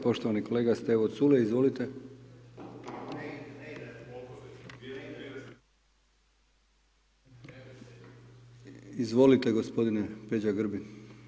Poštovani kolega Stevo Culej, izvolite. … [[Govornik nije uključen, ne čuje se.]] Izvolite gospodine Peđa Grbin.